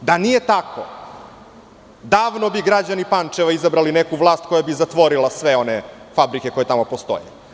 Da nije tako davno bi građani Pančeva izabrali neku vlast koja bi zatvorila sve one fabrike koje tamo postoje.